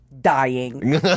dying